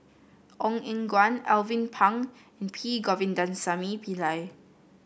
Ong Eng Guan Alvin Pang and P Govindasamy Pillai